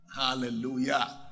hallelujah